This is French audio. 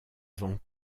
vend